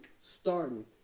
starting